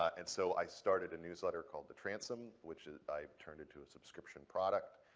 and so i started a newsletter called the transom, which i turned into a subscription product.